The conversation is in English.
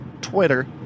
Twitter